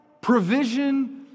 provision